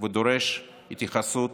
ודורש התייחסות